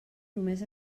només